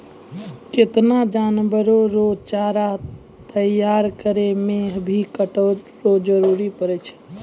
केतना जानवर रो चारा तैयार करै मे भी काटै रो जरुरी पड़ै छै